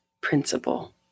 principle